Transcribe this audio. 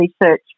research